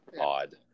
odd